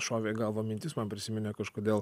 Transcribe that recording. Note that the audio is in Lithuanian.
šovė į galvą mintis man prisiminė kažkodėl